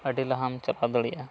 ᱟᱹᱰᱤ ᱞᱟᱦᱟᱢ ᱪᱟᱞᱟᱣ ᱫᱟᱲᱮᱭᱟᱜᱼᱟ